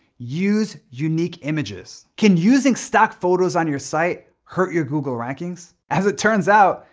use unique images. can using stock photos on your site hurt your google rankings? as it turns out,